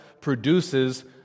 produces